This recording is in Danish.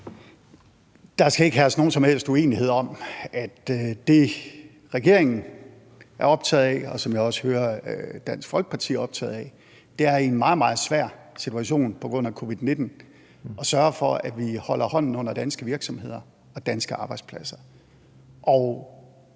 Der skal ikke være nogen som helst uenighed om, at det, regeringen er optaget af, og som jeg også hører at Dansk Folkeparti er optaget af, er i en meget, meget svær situation på grund af covid-19 at sørge for, at vi holder hånden under danske virksomheder og danske arbejdspladser.